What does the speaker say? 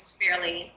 fairly